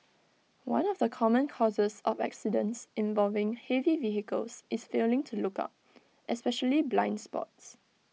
one of the common causes of accidents involving heavy vehicles is failing to look out especially blind spots